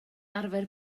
arfer